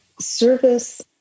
service